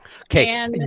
Okay